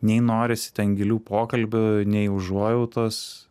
nei norisi ten gilių pokalbių nei užuojautos